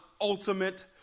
ultimate